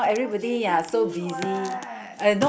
watching T_V what